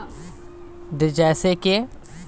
harvester হল বিশাল আকৃতির এক রকমের মোটর যন্ত্র